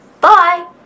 bye